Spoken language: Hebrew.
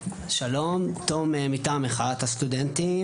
שלום, אני מטעם מחאת הסטודנטים.